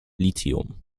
lithium